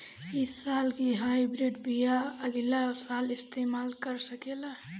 इ साल के हाइब्रिड बीया अगिला साल इस्तेमाल कर सकेला?